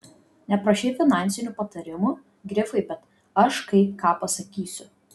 neprašei finansinių patarimų grifai bet aš kai ką pasakysiu